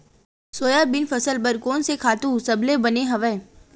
Soybean फसल बर कोन से खातु सबले बने हवय?